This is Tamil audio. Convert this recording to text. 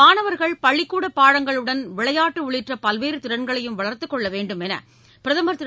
மாணவர்கள் பள்ளிக்கூடப் பாடங்களுடன் விளையாட்டு உள்ளிட்ட பல்வேறு திறன்களையும் வளர்த்துக் கொள்ள வேண்டும் என பிரதமர் திரு